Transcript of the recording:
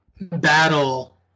battle